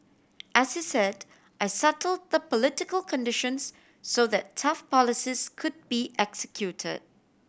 as he said I settle the political conditions so that tough policies could be execute